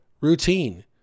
routine